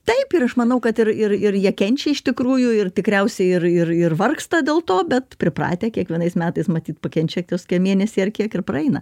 taip ir aš manau kad ir ir ir jie kenčia iš tikrųjų ir tikriausiai ir ir ir vargsta dėl to bet pripratę kiekvienais metais matyt pakenčia kas kokį mėnesį ar kiek ir praeina